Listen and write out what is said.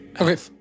Okay